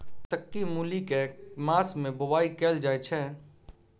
कत्की मूली केँ के मास मे बोवाई कैल जाएँ छैय?